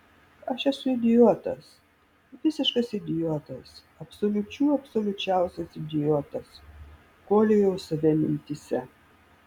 aš esu idiotas visiškas idiotas absoliučių absoliučiausias idiotas koliojau save mintyse